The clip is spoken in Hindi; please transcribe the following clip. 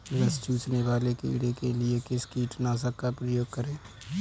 रस चूसने वाले कीड़े के लिए किस कीटनाशक का प्रयोग करें?